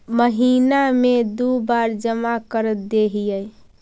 महिना मे दु बार जमा करदेहिय?